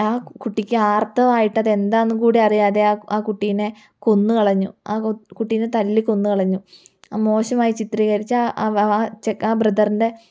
ആ കുട്ടിക്ക് ആർത്തവായിട്ട് അത് എന്താന്നും കൂടെ അറിയാതെ ആ ആ കുട്ടീനെ കൊന്നു കളഞ്ഞു ആ കു കുട്ടീനെ തല്ലിക്കൊന്നുകളഞ്ഞു മോശമായി ചിത്രീകരിച്ച ആ ആ ചെക്ക ആ ബ്രദറിൻ്റെ